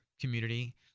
community